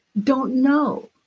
don't know.